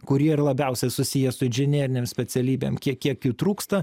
kurie ir labiausiai susiję su inžinerinėm specialybėm kiek kiek jų trūksta